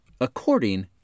according